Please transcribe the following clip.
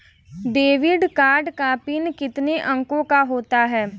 Debit card का PIN कितने अंकों का होता है?